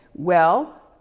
well,